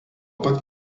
pat